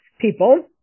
people